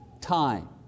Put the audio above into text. time